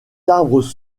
arbres